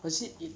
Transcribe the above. was it i~